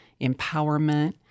empowerment